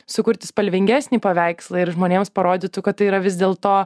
sukurti spalvingesnį paveikslą ir žmonėms parodytų kad tai yra vis dėl to